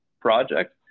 project